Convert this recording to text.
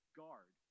guard